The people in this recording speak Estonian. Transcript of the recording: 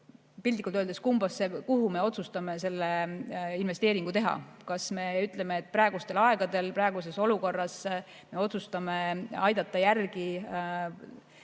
piltlikult öeldes, kuhu me otsustame selle investeeringu teha. Kas me ütleme, et praegustel aegadel, praeguses olukorras me otsustame aidata palgakasvuga